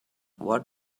what